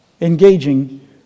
engaging